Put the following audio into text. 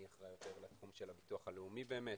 אני אחראי יותר לתחום של הביטוח הלאומי באמת,